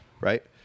right